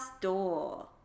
door